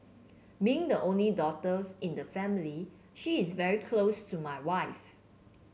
being the only daughters in the family she is very close to my wife